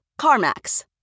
CarMax